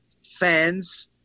fans